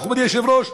מכובדי היושב-ראש,